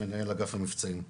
מנהל אגף המבצעים.